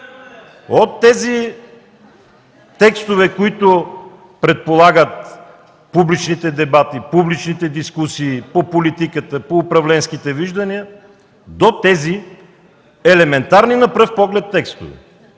от тези текстове, които предполагат публичните дебати, публичните дискусии по политиката, по управленските виждания, до тези елементарни на пръв поглед текстове,